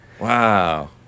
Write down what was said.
Wow